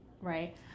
right